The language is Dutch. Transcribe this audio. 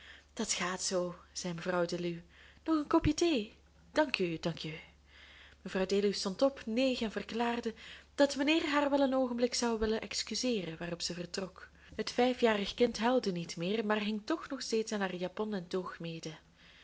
dat gaat zoo zei mevrouw deluw nog een kopje thee dank u dank u mevrouw deluw stond op neeg en verklaarde dat mijnheer haar wel een oogenblik zou willen excuseeren waarop zij vertrok het vijfjarig kind huilde niet meer maar hing toch nog steeds aan haar japon en toog mede